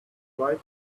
tried